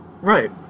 Right